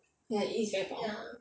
ya is very 薄